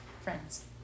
friends